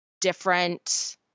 different